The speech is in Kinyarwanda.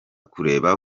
kureba